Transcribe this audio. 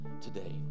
today